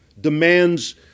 demands